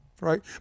right